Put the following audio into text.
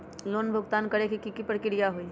Loan भुगतान करे के की की प्रक्रिया होई?